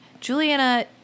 Juliana